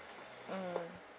mm